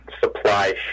supply